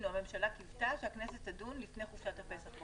-- הממשלה קיוותה שהכנסת תדון לפני חופשת הפסח.